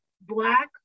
black